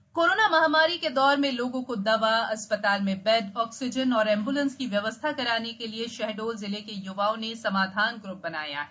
समाधान group corona महामारी के दौर में लोगों को दवा अस्पताल में बेड आक्सीजन और एम्बूलेंस की ब्यवस्था कराने के लिये शहडोल जिले के य्वाओं ने समाधान ग्र्प बनाया है